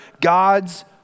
God's